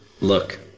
look